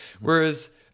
whereas